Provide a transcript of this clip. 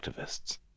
activists